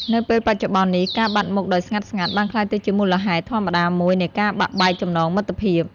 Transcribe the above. នៅពេលបច្ចុប្បន្ននេះ ការបាត់មុខដោយស្ងាត់ៗ បានក្លាយទៅជាមូលហេតុធម្មតាមួយនៃការបាក់បែកចំណងមិត្តភាព។